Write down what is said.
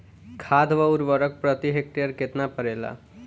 खाध व उर्वरक प्रति हेक्टेयर केतना पड़ेला?